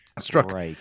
Struck